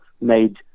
made